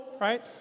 right